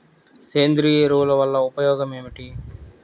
సేంద్రీయ ఎరువుల వల్ల ఉపయోగమేమిటీ?